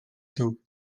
zug